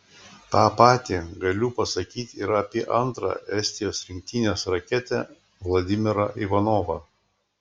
tą patį galiu pasakyti ir apie antrą estijos rinktinės raketę vladimirą ivanovą